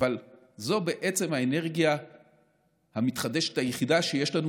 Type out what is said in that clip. אבל זו בעצם האנרגיה המתחדשת היחידה שיש לנו